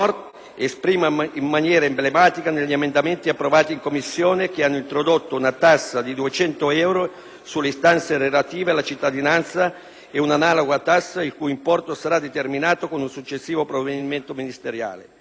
esprime in maniera emblematica negli emendamenti approvati in Commissione che hanno introdotto una tassa di 200 euro sulle istanze relative alla cittadinanza e un'analoga tassa (il cui importo sarà determinato con un successivo provvedimento ministeriale)